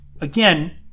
again